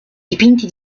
dipinti